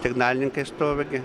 signalininkai stovi gi